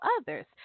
others